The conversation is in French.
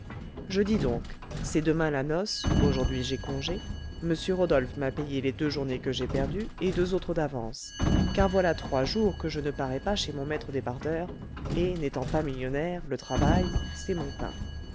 je dis donc c'est demain la noce aujourd'hui j'ai congé m rodolphe m'a payé les deux journées que j'ai perdues et deux autres d'avance car voilà trois jours que je ne parais pas chez mon maître débardeur et n'étant pas millionnaire le travail c'est mon pain